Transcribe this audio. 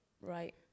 right